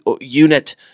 unit